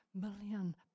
million